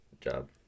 job